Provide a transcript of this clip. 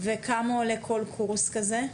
כמה עולה כל קורס כזה?